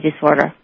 Disorder